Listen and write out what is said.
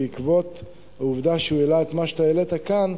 בעקבות העובדה שהוא העלה את מה שאתה העלית כאן,